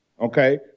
Okay